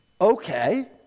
Okay